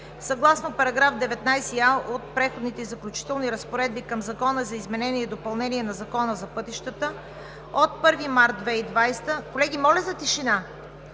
Съгласно § 19а от Преходните и заключителните разпоредби към Закона за изменение и допълнение на Закона за пътищата от 1 март 2020 г. предстои